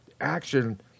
action